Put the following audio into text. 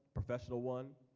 professional one,